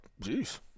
Jeez